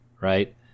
right